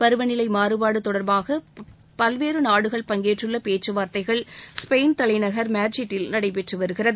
பருவநிலை மாறுபாடு தொடர்பாக பல்வேறு நாடுகள் பங்கேற்றுள்ள பேச்சுவார்த்தைகள் ஸ்பெயின் தலைநகர் மேட்ரிடில் நடைபெற்று வருகிறது